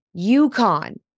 UConn